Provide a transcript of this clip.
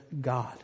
God